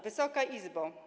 Wysoka Izbo!